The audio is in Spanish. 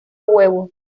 huevo